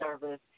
service